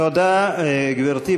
תודה, גברתי.